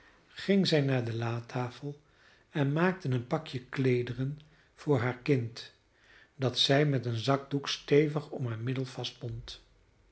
ging zij naar de latafel en maakte een pakje kleederen voor haar kind dat zij met een zakdoek stevig om haar middel